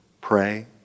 pray